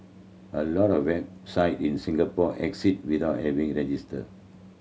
a lot of website in Singapore exist without having register